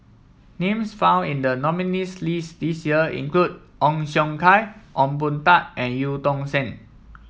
names found in the nominees' list this year include Ong Siong Kai Ong Boon Tat and Eu Tong Sen